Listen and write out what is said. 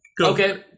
Okay